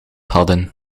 hadden